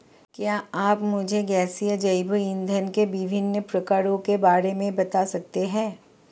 क्या आप मुझे गैसीय जैव इंधन के विभिन्न प्रकारों के बारे में बता सकते हैं?